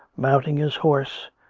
mount ing his horse,